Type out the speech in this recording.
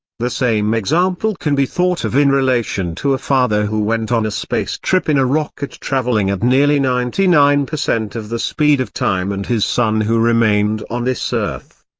the same example can be thought of in relation to a father who went on a space trip in a rocket traveling at nearly ninety nine percent of the speed of time and his son who remained on this earth.